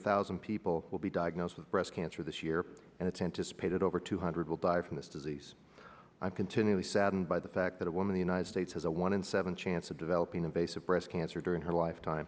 a thousand people will be diagnosed with breast cancer this year and it's anticipated over two hundred will die from this disease i'm continually saddened by the fact that a woman the united states has a one in seven chance of developing a base of breast cancer during her lifetime